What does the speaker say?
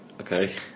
Okay